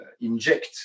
inject